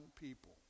people